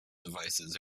devices